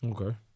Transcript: Okay